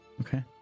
Okay